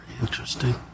interesting